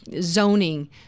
zoning